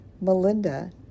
Melinda